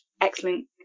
excellent